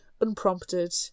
unprompted